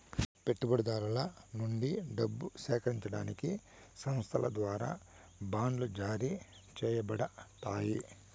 పెట్టుబడిదారుల నుండి డబ్బు సేకరించడానికి సంస్థల ద్వారా బాండ్లు జారీ చేయబడతాయి